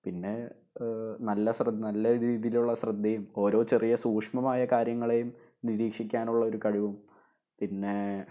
പിന്നെ നല്ല നല്ല രീതിയിലുള്ള ശ്രദ്ധയും ഓരോ ചെറിയ സൂഷ്മമായ കാര്യങ്ങളേയും നിരീക്ഷിക്കാനുള്ള കഴിവും പിന്നേ